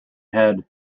head